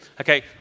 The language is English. Okay